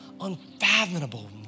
unfathomable